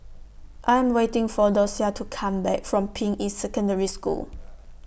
I Am waiting For Docia to Come Back from Ping Yi Secondary School